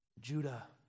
Judah